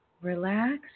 relax